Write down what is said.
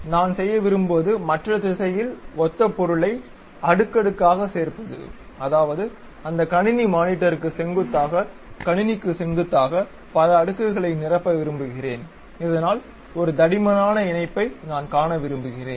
நான் செய்ய விரும்புவது மற்ற திசையில் ஒத்த பொருளை அடுக்கடுக்காகச் சேர்ப்பது அதாவது அந்த கணினி மானிட்டருக்கு செங்குத்தாக கணினிக்கு செங்குத்தாக பல அடுக்குகளை நிரப்ப விரும்புகிறேன் இதனால் ஒரு தடிமனான இணைப்பை நான் காண விரும்புகிறேன்